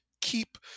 keep